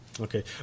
Okay